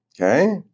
okay